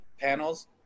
panels